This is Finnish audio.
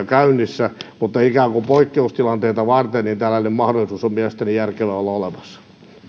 käynnissä mutta ikään kuin poikkeustilanteita varten tällainen mahdollisuus on mielestäni järkevää olla olemassa